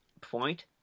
point